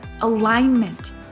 alignment